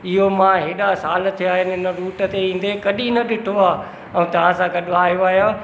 इहो मां हेॾा साल थिया आहिनि हिन रूट ते ईंदे कॾहिं न ॾिठो आहे ऐं तव्हां सां गॾु आयो आहियां